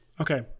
okay